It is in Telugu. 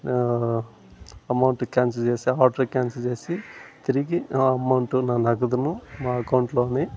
నా ఎమౌంటు కాన్సెల్ చేసి ఆర్డర్ కాన్సెల్ చేసి తిరిగి నా ఎమౌంటు నా నగదును మా అకౌంటులోనే